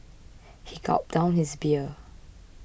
he gulped down his beer